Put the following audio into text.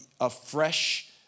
afresh